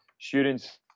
students